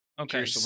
Okay